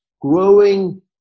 growing